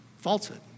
falsehood